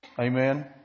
Amen